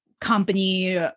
company